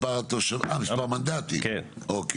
יש למעלה מ-5,000 חברי ועד בכל המדינה.